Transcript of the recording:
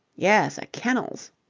yes, a kennels.